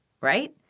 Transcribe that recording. right